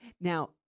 Now